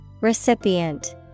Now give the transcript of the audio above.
Recipient